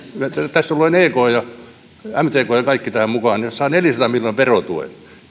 miljoonan luen ekn ja mtkn ja kaikki tähän mukaan verotuen